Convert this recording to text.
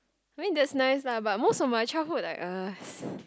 I mean that's nice lah but most of much childhood like us